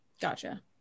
Gotcha